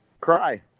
cry